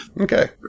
Okay